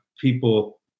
people